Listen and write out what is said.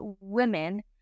women